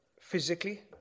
physically